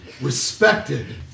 respected